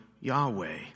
Yahweh